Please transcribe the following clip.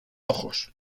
ojos